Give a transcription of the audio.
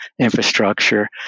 infrastructure